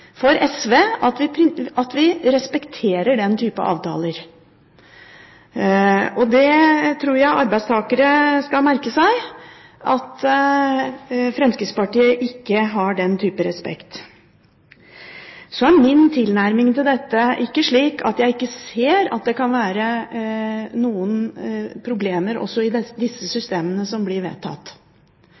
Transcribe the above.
vi respekterer den type avtaler, og jeg tror arbeidstakere skal merke seg at Fremskrittspartiet ikke har den type respekt. Min tilnærming til dette er ikke slik at jeg ikke ser at det kan være noen problemer også i disse systemene som blir vedtatt.